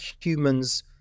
humans